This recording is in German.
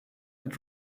mit